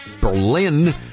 Berlin